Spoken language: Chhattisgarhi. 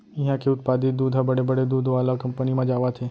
इहां के उत्पादित दूद ह बड़े बड़े दूद वाला कंपनी म जावत हे